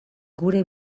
gure